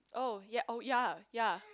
oh ya oh ya ya